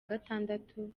gatandatu